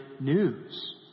news